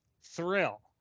thrill